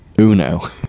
Uno